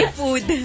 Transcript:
food